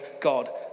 God